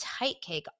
Tightcake